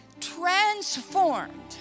Transformed